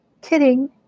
Kidding